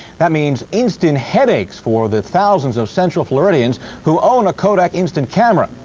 that means instant headaches for the thousands of central floridians who own a kodak instant camera.